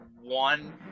one